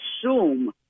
assume